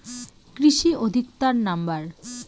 কৃষি অধিকর্তার নাম্বার?